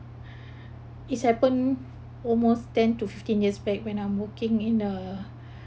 is happen almost ten to fifteen years back when I'm working in a